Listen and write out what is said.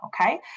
okay